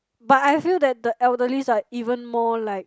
but I feel that the elderlies are even more like